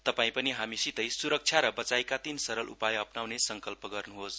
तपाई पनि हामीसितै सुरक्षा र वचाइका तीन सरल उपाय अप्नाउने संकल्प गर्नुहोस